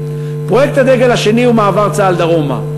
פרויקט הדגל השני הוא מעבר צה"ל דרומה.